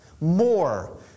More